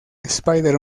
spider